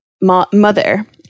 mother